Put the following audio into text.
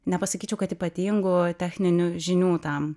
nepasakyčiau kad ypatingų techninių žinių tam